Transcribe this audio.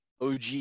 OG